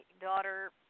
daughter